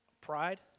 pride